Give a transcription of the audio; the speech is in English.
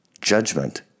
Judgment